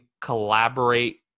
collaborate